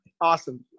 Awesome